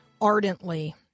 ardently